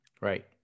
Right